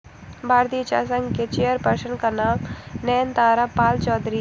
भारतीय चाय संघ के चेयर पर्सन का नाम नयनतारा पालचौधरी हैं